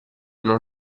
non